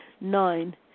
Nine